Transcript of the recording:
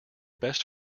best